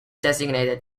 designated